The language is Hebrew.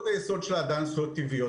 זכויות היסוד של האדם, זכויות טבעיות.